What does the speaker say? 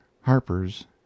harper's